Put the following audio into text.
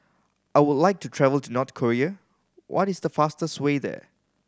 I would like to travel to North Korea what is the fastest way there